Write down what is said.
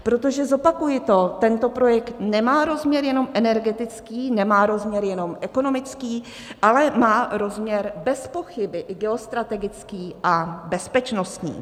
Protože zopakuji to tento projekt nemá rozměr jenom energetický, nemá rozměr jenom ekonomický, ale má rozměr bezpochyby i geostrategický a bezpečnostní.